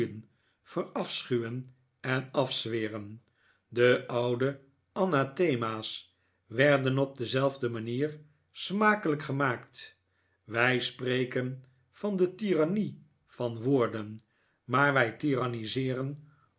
verafschuwen en afzweren de oude anathema's werden op dezelfde manier smakelijk gemaakt wij spreken van de tirannie van woorden maar wij